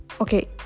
okay